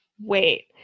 wait